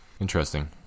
Interesting